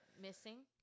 missing